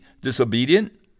disobedient